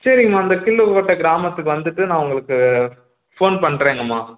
சரிங்கம்மா அந்த கில்லு போட்ட கிராமத்துக்கு வந்துட்டு நான் உங்களுக்கு ஃபோன் பண்ணுறேங்கம்மா